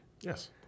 Yes